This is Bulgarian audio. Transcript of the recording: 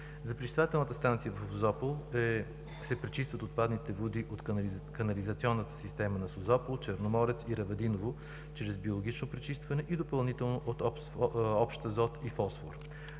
За пречиствателната станция в Созопол. Отпадните води се пречистват от канализационната система на Созопол, Черноморец и Равадиново чрез биологично пречистване и допълнително от общ азот и фосфор.